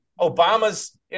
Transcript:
Obama's